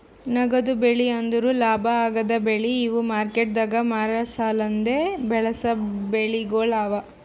ನಗದು ಬೆಳಿ ಅಂದುರ್ ಲಾಭ ಆಗದ್ ಬೆಳಿ ಇವು ಮಾರ್ಕೆಟದಾಗ್ ಮಾರ ಸಲೆಂದ್ ಬೆಳಸಾ ಬೆಳಿಗೊಳ್ ಅವಾ